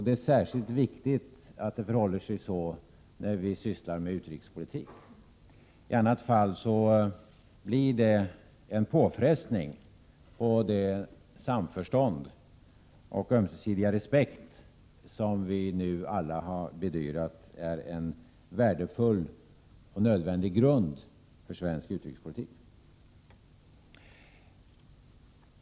Det är särskilt viktigt att det förhåller sig så när vi sysslar med utrikespolitik. I annat fall blir det en påfrestning när det gäller det samförstånd och den ömsesidiga respekt som vi nu alla har bedyrat är en värdefull och nödvändig grund för svensk utrikespolitik.